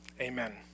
Amen